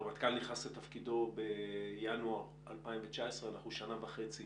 הרמטכ"ל נכנס לתפקידו בינואר 2019, אנחנו שנה וחצי